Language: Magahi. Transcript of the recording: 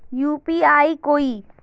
यु.पी.आई कोई